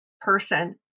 person